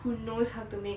who knows how to make